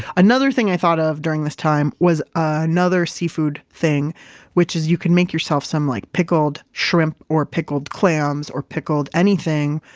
another thing i thought of during this time was another seafood thing which is you can make yourself some like pickled shrimp or pickled clams or pickled anything,